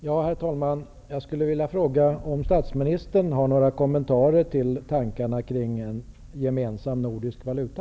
Herr talman! Jag skulle vilja fråga om statsministern har några kommentarer till tankarna på en gemensam nordisk valuta.